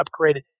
upgraded